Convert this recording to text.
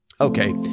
Okay